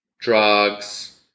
drugs